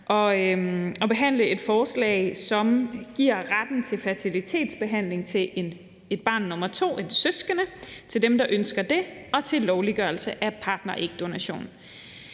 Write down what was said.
og behandle et forslag, som giver retten til fertilitetsbehandling til et barn nummer to, en søskende, til dem, der ønsker det, og til lovliggørelse af partnerægdonation.